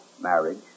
marriage